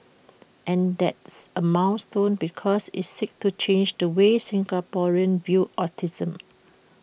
and that's A milestone because IT seeks to change the way Singaporeans view autism